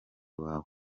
wawe